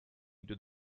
into